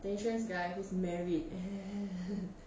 is the insurance guy who's married